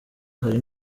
hari